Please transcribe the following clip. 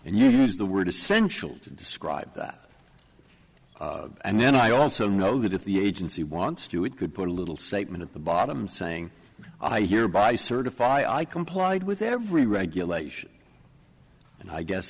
and you use the word essential to describe that and then i also know that if the agency wants to it could put a little statement at the bottom saying i hereby certify i complied with every regulation and i guess